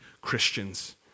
Christians